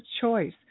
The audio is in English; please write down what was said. choice